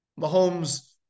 Mahomes